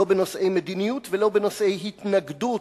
לא בנושאי מדיניות ולא בנושאי התנגדות.